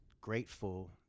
grateful